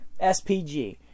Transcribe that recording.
SPG